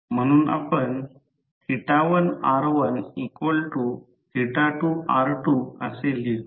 म्हणून आपण 1r12r2 असे लिहू